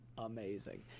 Amazing